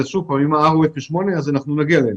שוב, אם ה-R הוא 0.8 אז אנחנו נגיע ל-1,000.